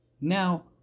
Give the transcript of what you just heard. Now